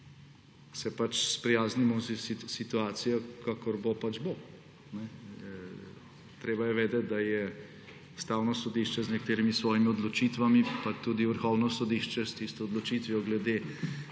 se sprijaznimo s situacijo − kakor bo, pač bo. Treba je vedeti, da je Ustavno sodišče z nekaterimi svojimi odločitvami, pa tudi Vrhovno sodišče s tisto odločitvijo glede